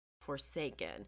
Forsaken